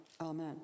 Amen